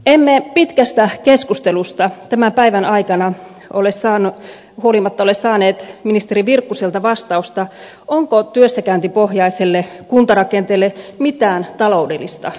emme pitkästä keskustelusta huolimatta tämän päivän aikana ole saaneet ministeri virkkuselta vastausta siihen onko työssäkäyntipohjaiselle kuntarakenteelle mitään taloudellista perustetta